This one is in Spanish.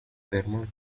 termas